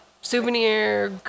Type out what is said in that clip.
souvenir